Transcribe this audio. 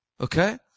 Okay